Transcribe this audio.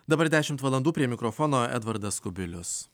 dabar dešimt valandų prie mikrofono edvardas kubilius